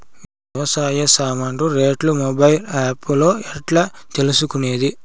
వ్యవసాయ సామాన్లు రేట్లు మొబైల్ ఆప్ లో ఎట్లా తెలుసుకునేది?